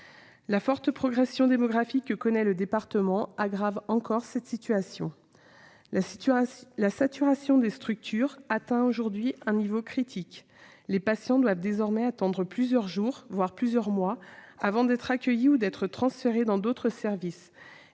de la progression démographique du département aggrave encore cette situation. La saturation des structures atteint aujourd'hui un niveau critique : les patients doivent désormais attendre plusieurs jours, voire plusieurs mois, avant d'être accueillis ou transférés dans d'autres services.